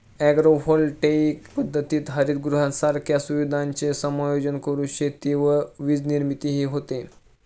agrovoltaic पद्धतीत हरितगृहांसारख्या सुविधांचे समायोजन करून शेती व वीजनिर्मितीही होते